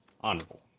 honorable